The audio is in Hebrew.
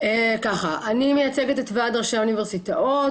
אני מייצגת את ועד ראשי האוניברסיטאות,